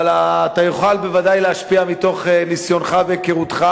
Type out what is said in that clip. אבל אתה יכול בוודאי להשפיע מתוך ניסיונך והיכרותך.